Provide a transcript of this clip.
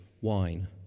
wine